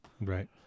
Right